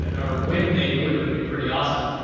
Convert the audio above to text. ah or when they do it, it'll be pretty awesome.